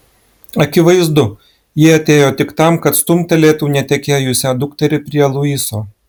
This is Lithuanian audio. akivaizdu ji atėjo tik tam kad stumtelėtų netekėjusią dukterį prie luiso